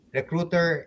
Recruiter